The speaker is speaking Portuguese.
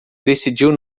decidiu